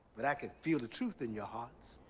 but i can feel the truth in your hearts.